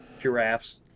Giraffes